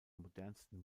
modernsten